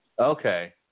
Okay